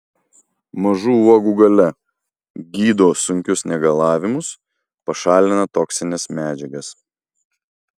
mažų uogų galia gydo sunkius negalavimus pašalina toksines medžiagas